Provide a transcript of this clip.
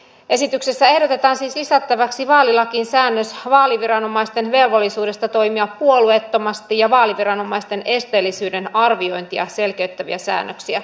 esityksessä ehdotetaan siis lisättäväksi vaalilakiin säännös vaaliviranomaisten velvollisuudesta toimia puolueettomasti ja vaaliviranomaisten esteellisyyden arviointia selkeyttäviä säännöksiä